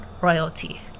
royalty